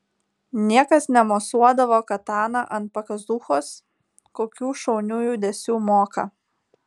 niekas nemosuodavo katana ant pakazūchos kokių šaunių judesių moka